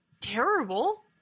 terrible